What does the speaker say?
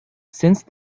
since